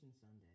Sunday